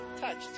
Touched